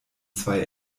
zwei